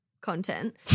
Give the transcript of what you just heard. content